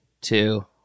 two